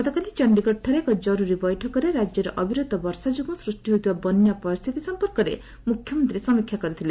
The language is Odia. ଗତକାଲି ଚଣ୍ଡିଗଡଠାରେ ଏକ ଜରୁରୀ ବୈଠକରେ ରାକ୍ୟରେ ଅବିରତ ବର୍ଷା ଯୋଗୁଁ ସୃଷ୍ଟି ହୋଇଥିବା ବନ୍ୟା ପରିସ୍ଥିତି ସମ୍ପର୍କରେ ମୁଖ୍ୟମନ୍ତ୍ରୀ ସମୀକ୍ଷା କରିଥିଲେ